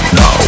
no